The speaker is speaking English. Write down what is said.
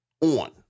on